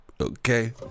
Okay